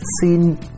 seen